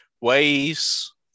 Ways